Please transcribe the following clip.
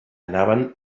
anaven